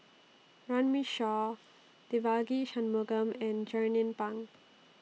Runme Shaw Devagi Sanmugam and Jernnine Pang